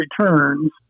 returns